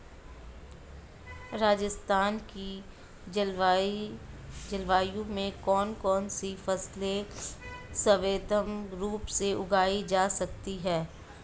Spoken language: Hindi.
राजस्थान की जलवायु में कौन कौनसी फसलें सर्वोत्तम रूप से उगाई जा सकती हैं?